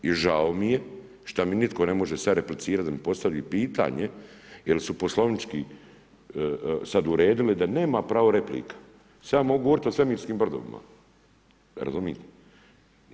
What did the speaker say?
I žao mi je šta mi nitko sad ne može replicirati da bi postavio pitanje jer su poslovnički sad uredili da nema pravo replika, sam mogu govoriti o svemirskim brodovima, razumijete?